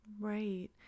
Right